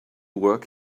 work